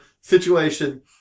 situation